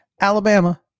Alabama